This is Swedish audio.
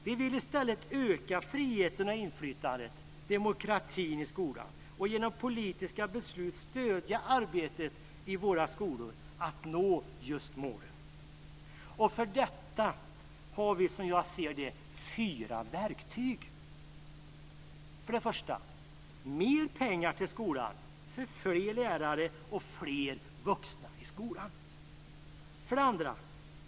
Vi vill i stället öka friheten, inflytandet och demokratin i skolan och genom politiska beslut stödja arbetet i våra skolor att nå målen. För detta har vi, som jag ser det, fyra verktyg. 2.